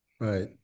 Right